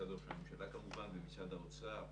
משרד ראש הממשלה כמובן ועם משרד האוצר.